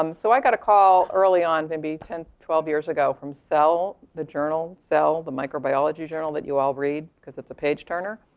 um so i got a call early on, maybe ten, twelve years ago from cell, the journal. cell, the microbiology journal that you all read cuz it's a page-turner,